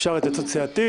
אפשר התייעצות סיעתית.